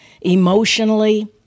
emotionally